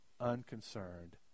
unconcerned